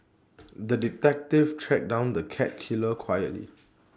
the detective tracked down the cat killer quietly